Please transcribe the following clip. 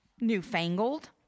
newfangled